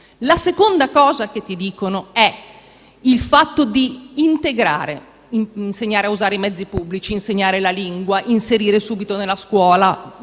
La seconda cosa riguarda il fatto stesso di integrare: insegnare a usare i mezzi pubblici, insegnare la lingua, inserire subito nella scuola,